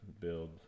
build